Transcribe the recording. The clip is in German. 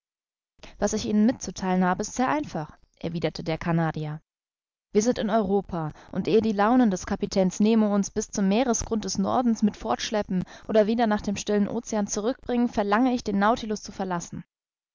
was ich ihnen mitzutheilen habe ist sehr einfach erwiderte der canadier wir sind in europa und ehe die launen des kapitäns nemo uns bis zum meeresgrund des nordens mit fortschleppen oder wieder nach dem stillen ocean zurück bringen verlange ich den nautilus zu verlassen